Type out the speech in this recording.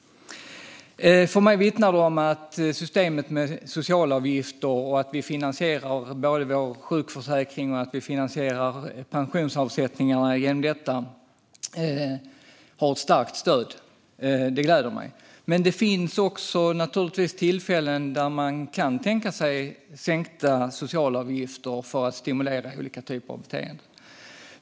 För mig vittnar det om att systemet med socialavgifter och att vi finansierar både vår sjukförsäkring och pensionsavsättningarna genom detta har ett starkt stöd. Det gläder mig. Det finns naturligtvis tillfällen där man kan tänka sig sänkta socialavgifter för att stimulera olika typer av beteenden.